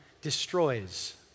destroys